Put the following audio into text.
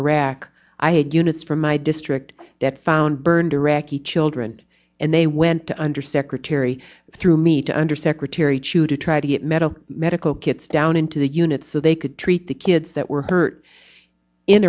iraq i had units from my district that found burned iraqi children and they went to undersecretary through me to under secretary chu to try to get medical medical kits down into the units so they could treat the kids that were hurt in